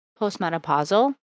postmenopausal